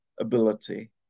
ability